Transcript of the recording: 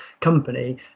company